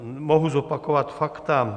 Mohu zopakovat fakta.